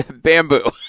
Bamboo